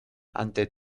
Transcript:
ante